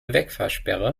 wegfahrsperre